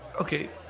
Okay